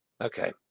Okay